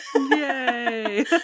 yay